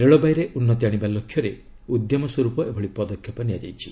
ରେଳବାଇରେ ଉନ୍ନତି ଆଶିବା ଲକ୍ଷ୍ୟରେ ଉଦ୍ୟମ ସ୍ୱର୍ପ ଏଭଳି ପଦକ୍ଷେପ ନିଆଯାଇଛି